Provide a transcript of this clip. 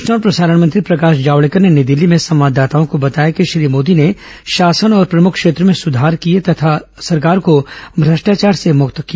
सूचना और प्रसारण मंत्री प्रकाश जावडेकर ने नई दिल्ली में संवाददाताओं को बताया कि श्री मोदी ने शासन और प्रमुख क्षेत्रों में सुधार किए तथा सरकार को भ्रष्टाचार से मुक्त किया